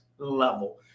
Level